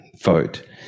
vote